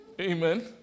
Amen